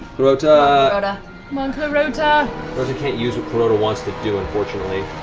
clarota and um um clarota clarota can't use what clarota wants to do, unfortunately.